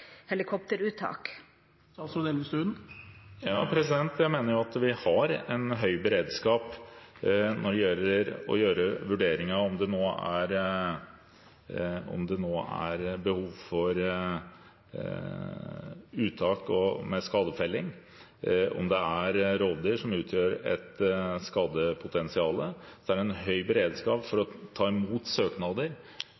Jeg mener at vi har en høy beredskap når det gjelder å gjøre vurderinger av om det nå er behov for uttak ved skadefelling, om det er rovdyr som utgjør et skadepotensial. Så er det en høy beredskap for å